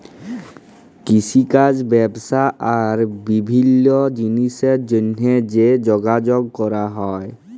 কিষিকাজ ব্যবসা আর বিভিল্ল্য জিলিসের জ্যনহে যে যগাযগ ক্যরা হ্যয়